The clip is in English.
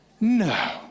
no